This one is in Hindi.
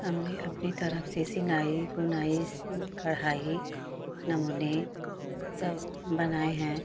हमने अपनी तरफ़ से सिलाई बुनाई कढ़ाई नमूने सब बनाए हैं